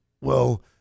Well-